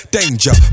danger